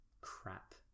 crap